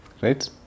right